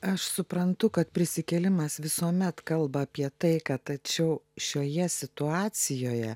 aš suprantu kad prisikėlimas visuomet kalba apie taiką tačiau šioje situacijoje